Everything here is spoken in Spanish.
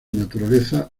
naturaleza